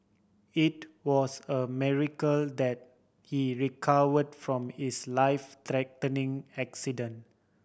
it was a miracle that he recovered from his life threatening accident